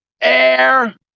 air